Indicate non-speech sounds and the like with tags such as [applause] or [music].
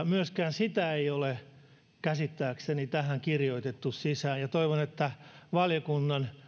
[unintelligible] myöskään sitä ei käsittääkseni ole tähän kirjoitettu sisään ja toivon että valiokunnan